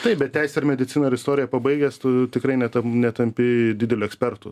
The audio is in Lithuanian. taip bet teisę ir mediciną ar istoriją pabaigęs tu tikrai ne tam netampi dideliu ekspertu